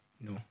no